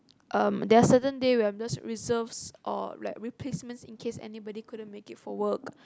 um there are certain day where I am just reserves or like replacements in case anybody couldn't make it for work